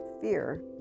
fear